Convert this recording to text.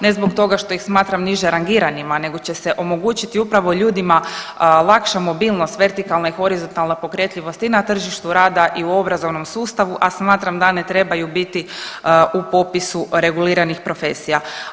Ne zbog toga što ih smatram nižerangiranima, nego će se omogućiti upravo ljudima lakša mobilnost vertikalne i horizontalna pokretljivost i na tržištu rada i u obrazovnom sustavu, a smatram da ne trebaju biti u popisu reguliranih profesija.